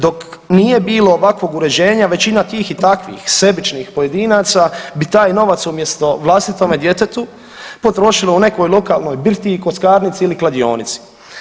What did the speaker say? Dok nije bilo ovakvog uređenja većina tih i takvih sebičnih pojedinaca bi taj novac umjesto vlastitome djetetu potrošilo u nekoj lokalnoj birtiji, kockarnici ili kladionici.